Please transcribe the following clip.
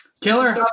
Killer